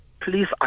Please